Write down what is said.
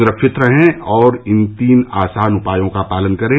सुरक्षित रहें और इन तीन आसान उपायों का पालन करें